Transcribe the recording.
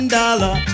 dollar